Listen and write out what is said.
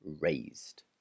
raised